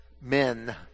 men